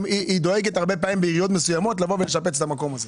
היא דואגת הרבה פעמים בעיריות מסוימות לבוא ולשפץ את המקום הזה.